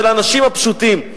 של האנשים הפשוטים.